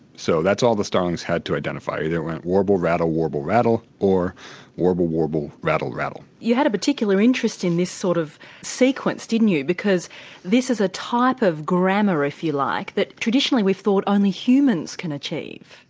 so that's all the songs had to identify. they went warble, rattle, warble, rattle' or warble, warble, rattle, rattle'. you had a particular interest in this sort of sequence didn't you? because this is a type of grammar, if you like, that traditionally we've thought only humans can achieve.